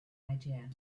idea